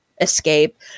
escape